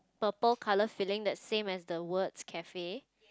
purple colour filling that's same as the word cafe